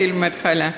אתחיל מההתחלה.